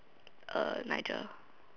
uh Nigel